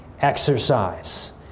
exercise